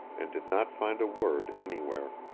and did not find a word anywhere.